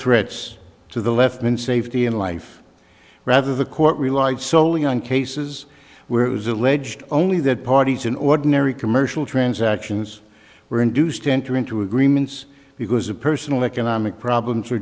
threats to the left in safety in life rather the court relied solely on cases where it was alleged only that parties in ordinary commercial transactions were induced to enter into agreements because of personal economic problems or